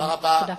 תודה.